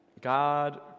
God